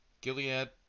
Gilead